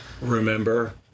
Remember